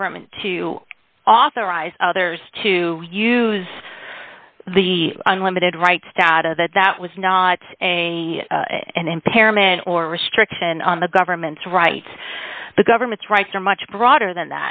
government to authorize others to use the unlimited right status that that was not a an impairment or restriction on the government's rights the government's rights are much broader than